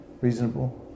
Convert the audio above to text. reasonable